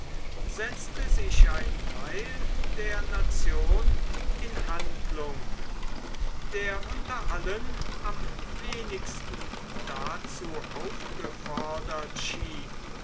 setzte sich ein theil der nation in handlung der unter allen am wenigsten dazu aufgefordert schien